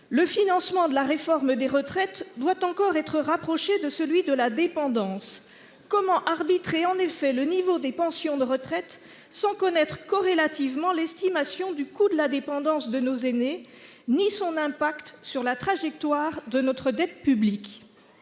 Le financement de la réforme des retraites doit encore être rapproché de celui de la dépendance. Comment arbitrer en effet le niveau des pensions de retraite sans connaître corrélativement l'estimation du coût de la dépendance de nos aînés, ni son impact sur la trajectoire de notre dette publique ?